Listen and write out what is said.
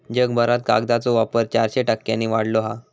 जगभरात कागदाचो वापर चारशे टक्क्यांनी वाढलो हा